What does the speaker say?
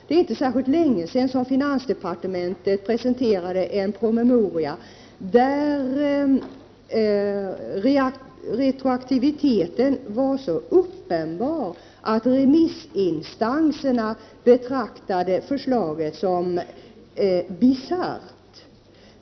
Det är inte särskilt länge sedan som finansdepartementet presenterade en promemoria, där retroaktiviteten var så uppenbar att remissinstanserna betraktade förslaget som bisarrt.